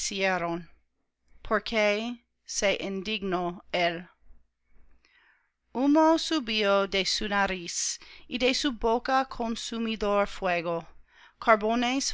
indignó él humo subió de su nariz y de su boca consumidor fuego